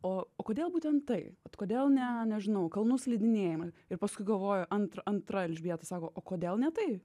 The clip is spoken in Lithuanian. o o kodėl būtent tai kodėl ne nežinau kalnų slidinėjimą ir paskui galvoju ant antra elžbieta sako o kodėl ne tai